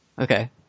Okay